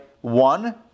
One